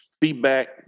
feedback